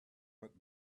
but